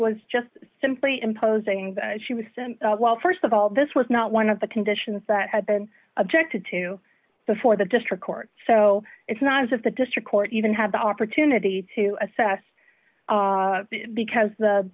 was just simply imposing that she was well st of all this was not one of the conditions that had been objected to before the district court so it's not as if the district court even had the opportunity to assess because